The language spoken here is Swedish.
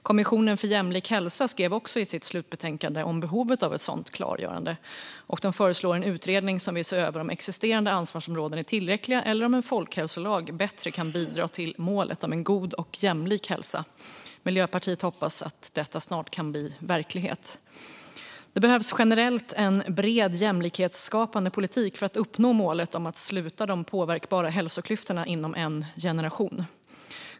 Kommissionen för jämlik hälsa skrev i sitt slutbetänkande om behovet av ett sådant klargörande och föreslog en utredning som ska se över om existerande ansvarsområden är tillräckliga eller om en folkhälsolag bättre kan bidra till målet om en god och jämlik hälsa. Miljöpartiet hoppas att detta snart kan bli verklighet. Det behövs generellt en bred jämlikhetsskapande politik för att uppnå målet om att sluta de påverkbara hälsoklyftorna inom en generation.